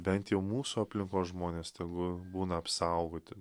bent jau mūsų aplinkos žmonės tegu būna apsaugoti